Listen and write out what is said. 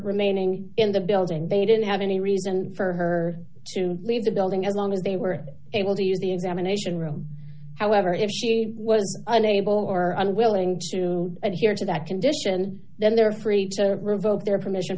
remaining in the building they didn't have any reason for her to leave the building as long as they were able to use the examination room however if she was unable or unwilling to adhere to that condition then they were free to revoke their permission